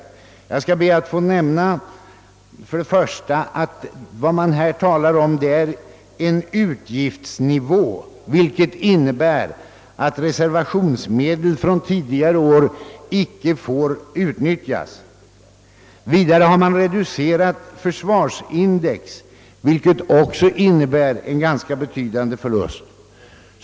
Först bör understrykas, att det gäller en utgiftsnivå, vilket innebär att reservationsmedel från tidigare år icke får utnyttjas. Vidare har man reducerat försvarsindex, vilket också innebär en ganska betydande förlust.